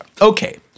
Okay